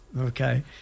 Okay